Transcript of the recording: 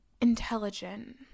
Intelligent